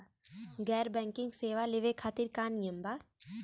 गैर बैंकिंग सेवा लेवे खातिर का नियम बा?